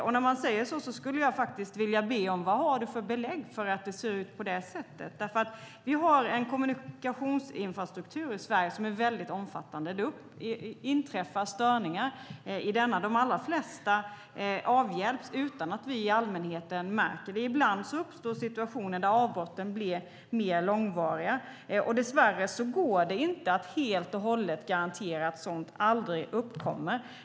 Eftersom du säger så skulle jag vilja be dig tala om vad du har för belägg för att det ser ut på det sättet. Vi har en kommunikationsinfrastruktur i Sverige som är omfattande. Det inträffar störningar i den, och de allra flesta avhjälps utan att vi i allmänheten märker det. Ibland uppstår situationer där avbrotten blir mer långvariga. Dess värre går det inte att helt och hållet garantera att sådant aldrig uppkommer.